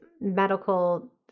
medical